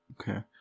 Okay